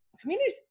communities